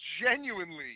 genuinely